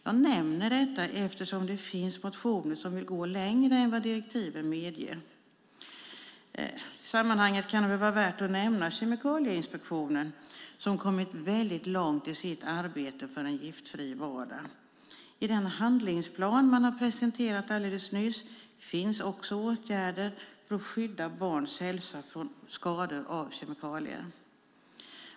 Jag nämner detta eftersom det finns motioner där man vill gå längre än vad direktiven medger. I sammanhanget kan det vara värt att nämna Kemikalieinspektionen, som har kommit långt i sitt arbete för en giftfri vardag. I den handlingsplan man har presenterat alldeles nyss finns också åtgärder för att skydda barns hälsa från skador av kemikalier.